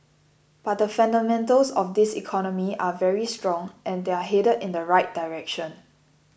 but the fundamentals of this economy are very strong and they're headed in the right direction